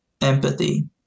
empathy